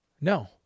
No